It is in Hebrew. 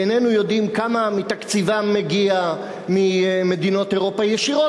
ואיננו יודעים כמה מתקציבן מגיע ממדינות אירופה ישירות